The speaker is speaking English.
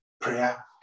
prayer